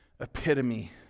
epitome